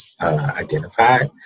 identified